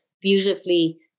beautifully